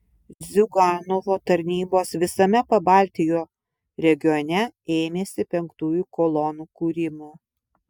ziuganovo tarnybos visame pabaltijo regione ėmėsi penktųjų kolonų kūrimo